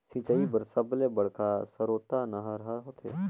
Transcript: सिंचई बर सबले बड़का सरोत नहर ह होथे